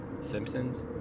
Simpsons